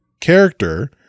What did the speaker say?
character